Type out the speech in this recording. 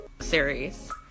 series